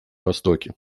востоке